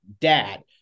dad